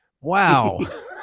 wow